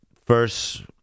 first